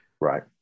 right